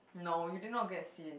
no you did not get C